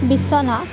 বিছনা